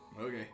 okay